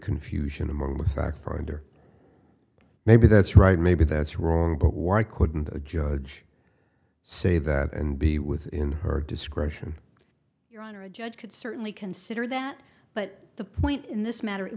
finder maybe that's right maybe that's wrong but why couldn't a judge say that and be within her discretion your honor a judge could certainly consider that but the point in this matter it